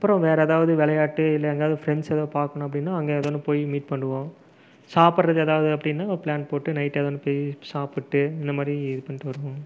அப்புறம் வேற ஏதாவாது விளையாட்டு இல்லை எங்காவது ஃப்ரெண்ட்ஸ் ஏதாவது பார்க்கணும் அப்படின்னா அங்கே ஏதோ ஒன்று போய் மீட் பண்ணுவோம் சாப்புடுறது ஏதாவது அப்படின்னா பிளான் போட்டு நைட் ஏதோ ஒன்று போய் சாப்புட்டு இந்த மாதிரி இது பண்ணிட்டு வருவோம்